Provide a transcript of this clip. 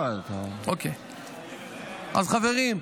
אז חברים,